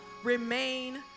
remain